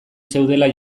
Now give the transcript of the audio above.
zeudela